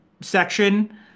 section